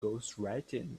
ghostwriting